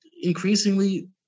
increasingly